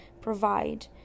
provide